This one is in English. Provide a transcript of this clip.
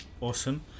Awesome